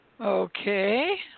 Okay